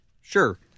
Sure